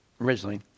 originally